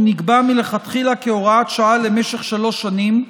הוא נקבע מלכתחילה כהוראת שעה למשך שלוש שנים,